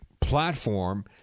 platform